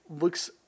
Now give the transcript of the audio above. looks